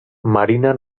marina